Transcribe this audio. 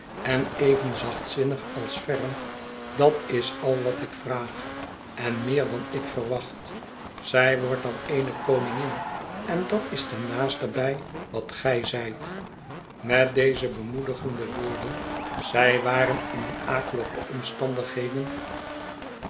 en even zachtzinnig als ferm dat is al wat ik vraag en meer dan ik verwacht zij wordt dan eene koningin en dat is ten naastenbij wat gij zijt met deze bemoedigende woorden zij waren in die akelige omstandigheden